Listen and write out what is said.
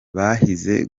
bahize